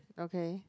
okay